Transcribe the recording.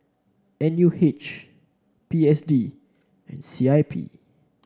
N U H P S D and C I P